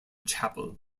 chapel